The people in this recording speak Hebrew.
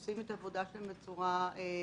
הם עושים את העבודה שלהם בצורה נאמנה,